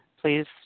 Please